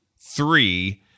three